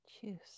choose